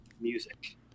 music